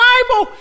Bible